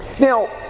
Now